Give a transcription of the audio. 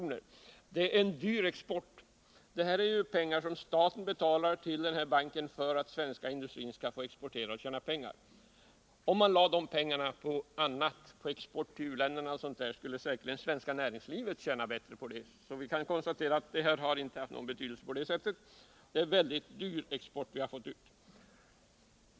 Men . det är en dyr export. Det är pengar som staten betalar till banken för att den svenska industrin skall få exportera och tjäna pengar. Om man i stället använde de pengarna till exempelvis export till u-länderna skulle det svenska näringslivet säkerligen tjäna mera på det. Vi kan konstatera att medlemskapet inte haft någon större betydelse för vår export, som vi alltså fått betala väldigt mycket för.